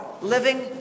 living